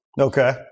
Okay